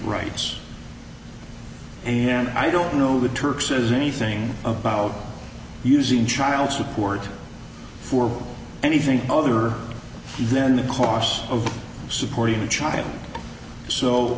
rights and i don't know that turk says anything about using child support for anything other then the cost of supporting the child so